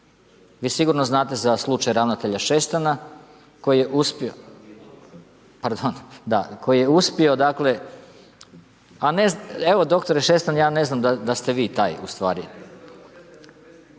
Vi sigurno znate za slučaj ravnatelja Šestana koji je uspio dakle, a ne, evo doktore Šestan ja ne znam da ste vi taj ustvari,